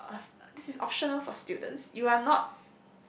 uh uh this is optional for students you are not